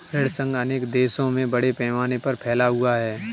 ऋण संघ अनेक देशों में बड़े पैमाने पर फैला हुआ है